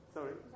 Sorry